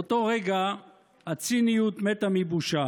באותו רגע הציניות מתה מבושה.